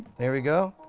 there we go,